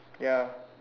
ya